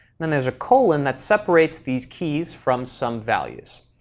then there's a colon that separates these keys from some values.